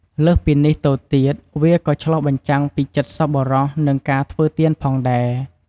លើសពីនេះទៅទៀត វាក៏ឆ្លុះបញ្ចាំងពីចិត្តសប្បុរស និងការធ្វើទានផងដែរ។